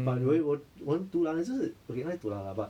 but 为我我很 dulan 的是 okay 哪里 dulan lah but